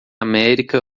américa